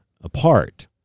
apart